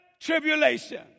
tribulation